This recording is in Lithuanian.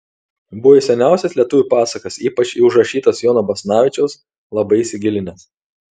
buvo į seniausias lietuvių pasakas ypač į užrašytas jono basanavičiaus labai įsigilinęs